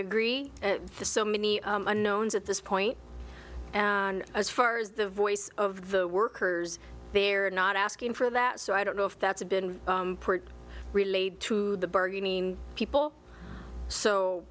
agree to so many unknowns at this point and as far as the voice of the workers they're not asking for that so i don't know if that's been relayed to the bargaining people